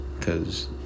cause